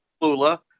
lula